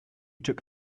took